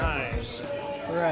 Right